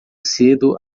cedo